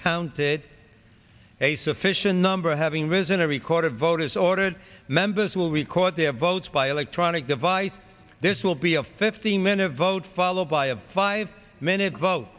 counted a sufficient number having risen a record of voters ordered members will record their votes by electronic device this will be a fifteen minute vote followed by a five minute vote